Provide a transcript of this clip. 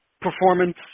performance